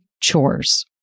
chores